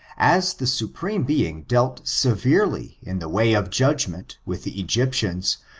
as the supreme being dealt severely in the way of judgment, with the egyptians,